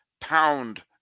pound